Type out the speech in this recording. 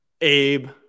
Abe